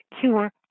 cure